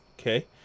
okay